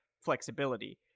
flexibility